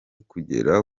kugera